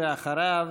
אחריו,